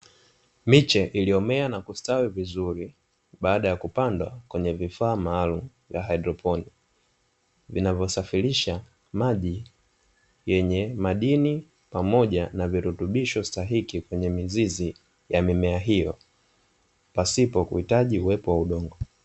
Miche iliyomea na kustawi vizuri baada ya kupandwa kwenye vifaa maalumu vya haidroponi, vinavyosafirisha maji yenye madini pamoja na virutubisho stahiki kwenye mizizi ya mimea hiyo, pasipo kuhitaji uwepo wa udongo.